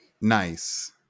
nice